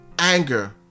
anger